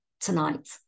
tonight